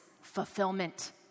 fulfillment